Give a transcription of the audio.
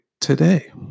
today